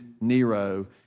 Nero